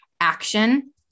action